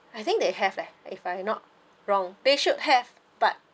I think they have eh if I'm not wrong they should have but